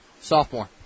sophomore